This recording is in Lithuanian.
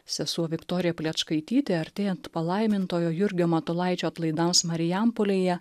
sesuo viktorija plečkaitytė artėjant palaimintojo jurgio matulaičio atlaidams marijampolėje